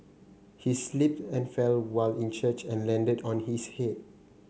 he slipped and fell while in church and landed on his head